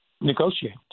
negotiate